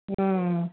ಹ್ಞೂ